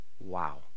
wow